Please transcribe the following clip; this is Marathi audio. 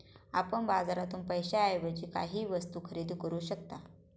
आपण बाजारातून पैशाएवजी काहीही वस्तु खरेदी करू शकता